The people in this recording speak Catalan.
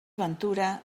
ventura